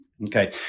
Okay